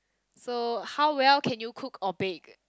so how well can you cook or bake